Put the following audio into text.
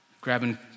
grabbing